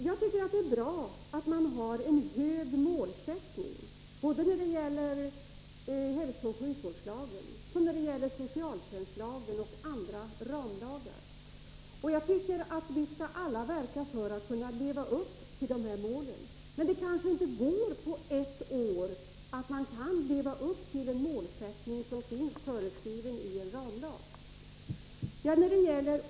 Jag tycker att det är bra att man har en hög målsättning, såväl när det gäller hälsooch sjukvårdslagen som i fråga om socialtjänstlagen och andra ramlagar. Vi skall alla verka för att man lever upp till dessa mål, men det kanske inte går att på ett år leva upp till en målsättning som finns föreskriven i en ramlag.